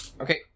Okay